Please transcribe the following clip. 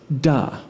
Duh